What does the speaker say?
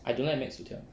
I don't like McD's 薯条